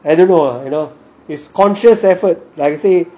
I don't know ah you know is conscious effort